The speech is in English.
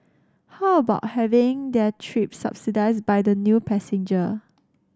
how about having their trip subsidised by the new passenger